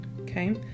Okay